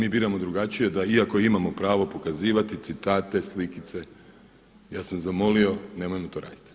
I mi biramo drugačije da iako imamo pravo pokazivati citate, slikice, ja sam zamolio nemojmo to raditi.